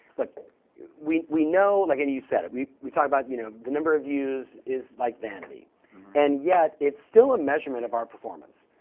like we we know like and you've said it, we we talk about you know the number of views is like vanity and yet it's still a measurement of our performance.